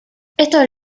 estos